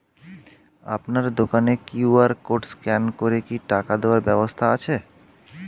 আপনার দোকানে QR code scan করে কি টাকা দেওয়ার ব্যবস্থা আছে?